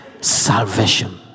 Salvation